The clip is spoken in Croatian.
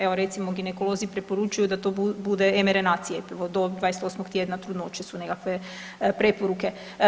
Evo, recimo, ginekolozi preporučuju da to bude mRNA cjepivo do 28. tjedna trudnoće su nekakve preporuke.